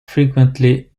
frequently